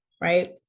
right